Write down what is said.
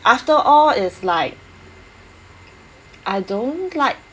after all is like I don't like